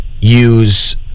use